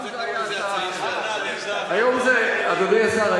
פעם זה היה הצעה אחרת, אדוני השר.